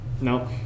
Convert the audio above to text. No